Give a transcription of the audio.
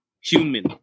human